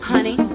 Honey